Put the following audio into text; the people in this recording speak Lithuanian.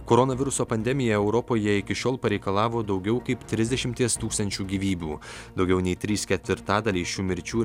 koronaviruso pandemija europoje iki šiol pareikalavo daugiau kaip trisdešimties tūkstančių gyvybių daugiau nei trys ketvirtadaliai šių mirčių